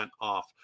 off